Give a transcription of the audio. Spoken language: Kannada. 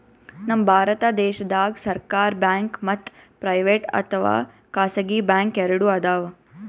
ನಮ್ ಭಾರತ ದೇಶದಾಗ್ ಸರ್ಕಾರ್ ಬ್ಯಾಂಕ್ ಮತ್ತ್ ಪ್ರೈವೇಟ್ ಅಥವಾ ಖಾಸಗಿ ಬ್ಯಾಂಕ್ ಎರಡು ಅದಾವ್